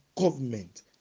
Government